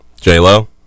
j-lo